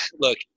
Look